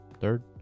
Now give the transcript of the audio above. Third